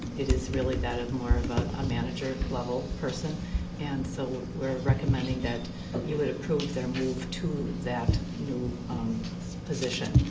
it is really that of more of a manager level person and so, we're recommending that you would approve their move to that new position.